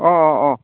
অঁ অঁ অঁ